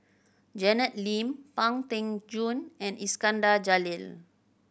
Janet Lim Pang Teck Joon and Iskandar Jalil